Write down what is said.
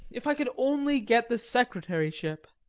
if i could only get the secretaryship.